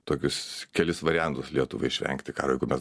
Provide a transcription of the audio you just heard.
tokius kelis variantus lietuvai išvengti karo jeigu mes